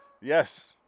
Yes